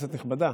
כנסת נכבדה"?